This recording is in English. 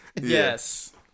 Yes